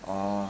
orh